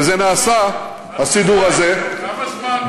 וזה נעשה, הסידור הזה, כמה זמן?